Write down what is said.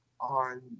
on